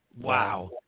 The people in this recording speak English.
Wow